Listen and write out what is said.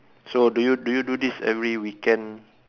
so do you do you do this every weekend